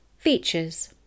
Features